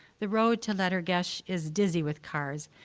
the road to lettergesh is dizzy with cars,